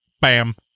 bam